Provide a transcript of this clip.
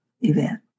event